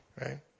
Right